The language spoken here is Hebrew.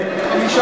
כנראה,